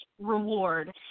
reward